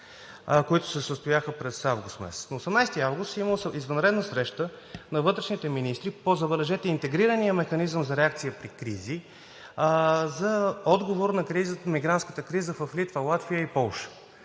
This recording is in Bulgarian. които се състояха през месец август. На 18 август е имало извънредна среща на вътрешните министри, забележете, по интегрирания механизъм за реакция при кризи, за отговор на мигрантската криза в Литва, Латвия и Полша,